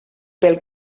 pel